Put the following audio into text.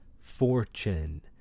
fortune